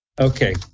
Okay